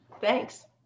Thanks